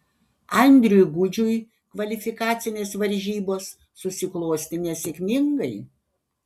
andriui gudžiui kvalifikacinės varžybos susiklostė nesėkmingai